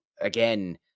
Again